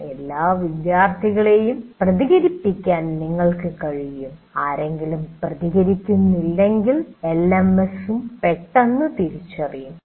എല്ലാ വിദ്യാർത്ഥികളെയും പ്രതികരിപ്പിക്കാൻ നിങ്ങൾക്ക് കഴിയും ആരെങ്കിലും പ്രതികരിക്കുന്നില്ലെങ്കിൽ എൽഎംഎസും പെട്ടെന്ന് തിരിച്ചറിയും